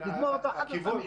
לגמור אחת ולתמיד.